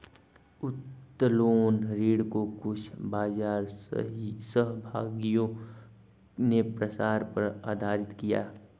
उत्तोलन ऋण को कुछ बाजार सहभागियों ने प्रसार पर आधारित किया